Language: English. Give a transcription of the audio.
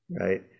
right